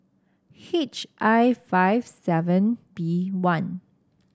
H I five seven B one